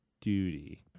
duty